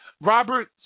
Robert